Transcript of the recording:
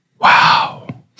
wow